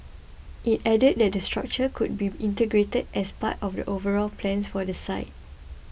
it added that the structure could be integrated as part of the overall plans for the site